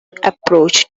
approach